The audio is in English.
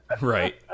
Right